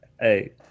Hey